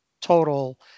total